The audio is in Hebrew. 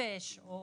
כבש או